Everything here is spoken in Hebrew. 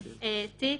"תיק"